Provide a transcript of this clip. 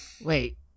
Wait